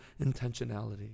intentionality